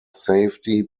safety